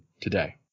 today